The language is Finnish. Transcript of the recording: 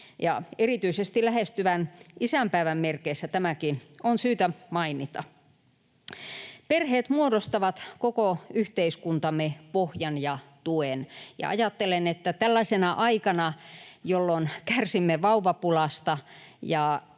Erityisesti lähestyvän isänpäivän merkeissä tämäkin on syytä mainita. Perheet muodostavat koko yhteiskuntamme pohjan ja tuen, ja ajattelen, että tällaisena aikana, jolloin kärsimme vauvapulasta ja syntyvyys